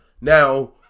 Now